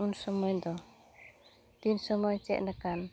ᱩᱱᱥᱚᱢᱚᱭ ᱫᱚ ᱛᱤᱱ ᱥᱚᱢᱚᱭ ᱪᱮᱫ ᱞᱮᱠᱟᱱ